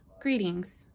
greetings